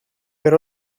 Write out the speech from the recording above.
per